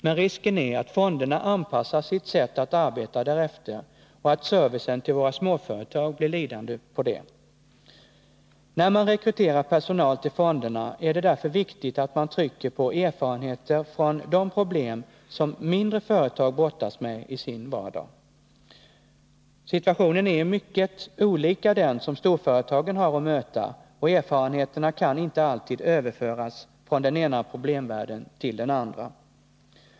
Men risken är att fonderna anpassar sitt sätt att arbeta därefter och att servicen till våra småföretag blir lidande på det. När man rekryterar personal till fonderna är det därför viktigt att man trycker på erfarenheter från de problem som mindre företag brottas med i sin vardag. Situationen är i mycket olik den som storföretagen har att möta, och erfarenheterna kan inte alltid överföras från den ena problemvärlden till den andra.